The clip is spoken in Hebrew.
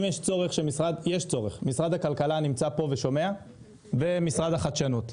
אם יש צורך משרד הכלכלה נמצא ושומע ומשרד החדשנות.